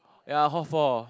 ya hall four